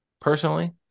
personally